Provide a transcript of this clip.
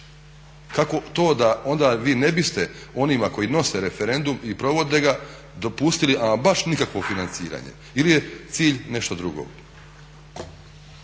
Kako to da vi onda ne biste onima koji nose referendum i provode ga dopustili ama baš nikakvo financiranje ili je cilj nešto drugo?